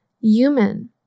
human